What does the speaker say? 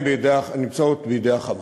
נמצאות בידי ה"חמאס",